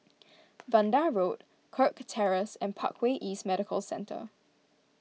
Vanda Road Kirk Terrace and Parkway East Medical Centre